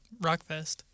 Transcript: Rockfest